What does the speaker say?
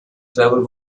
trevor